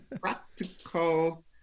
practical